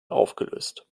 aufgelöst